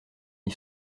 n’y